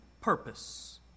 purpose